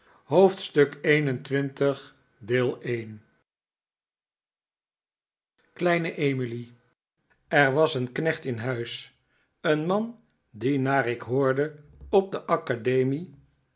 kleine emily er was een knecht in huis een man die naar ik hoorde op de academie